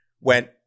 went